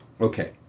Okay